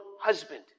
husband